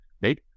right